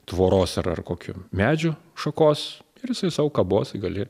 tvoros ar ar kokių medžių šakos ir jisai sau kabos ir gali